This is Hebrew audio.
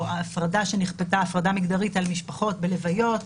הפרדה מגדרית שנכפתה על משפחות בלוויות,